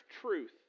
truth